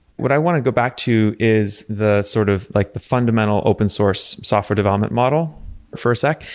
what i want to go back to is the sort of like the fundamental open source software development model for a sec.